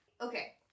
Okay